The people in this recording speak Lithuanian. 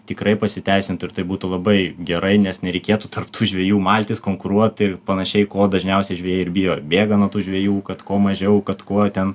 tikrai pasiteisintų ir tai būtų labai gerai nes nereikėtų tarp tų žvejų maltis konkuruoti ir panašiai ko dažniausiai žvejai ir bijo bėga nuo tų žvejų kad kuo mažiau kad kuo ten